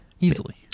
easily